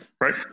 Right